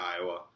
Iowa